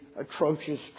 atrocious